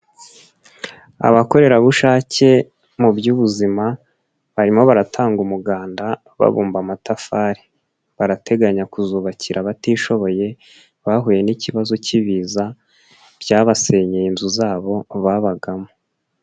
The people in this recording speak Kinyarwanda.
Abakorerabushake mu by'ubuzima barimo baratanga umuganda babumba amatafari, barateganya kuzubakira abatishoboye bahuye n'ikibazo cy'ibiza, byabasenyeye inzu zabo babagamo.